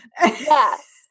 Yes